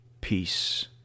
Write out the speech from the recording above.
peace